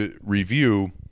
review